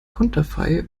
konterfei